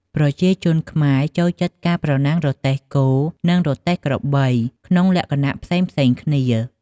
ប្រជាជនខ្មែរចូលចិត្តការប្រណាំងរទេះគោ និងរទេះក្របីក្នុងលក្ខណៈផ្សេងៗគ្នា។